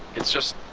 it's just.